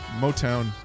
Motown